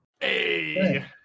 Hey